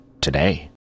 Today